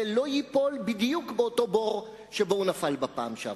ולא ייפול בדיוק באותו בור שבו הוא נפל בפעם שעברה.